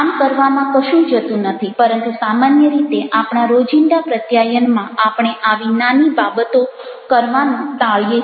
આમ કરવામાં કશું જતું નથી પરંતુ સામાન્ય રીતે આપણા રોજિંદા પ્રત્યાયનમાં આપણે આવી નાની બાબતો કરવાનું ટાળીએ છીએ